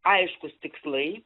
aiškūs tikslai